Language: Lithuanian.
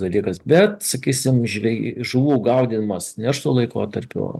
dalykas bet sakysim žuvų gaudymas neršto laikotarpiu